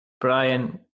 brian